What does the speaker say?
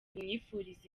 bunyifuriza